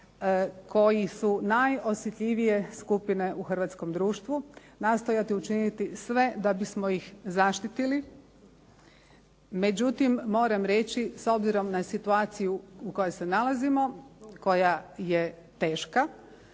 koji su najosjetljivije skupine u hrvatskom društvu, nastojati učiniti sve da bismo ih zaštitili. Međutim moram reći, s obzirom na situaciju u kojoj se nalazimo, koja je teška,